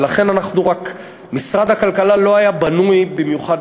ולכן אנחנו רק, משרד הכלכלה לא היה בנוי במיוחד